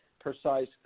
precise